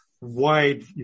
wide